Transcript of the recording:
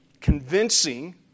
convincing